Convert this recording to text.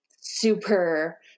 super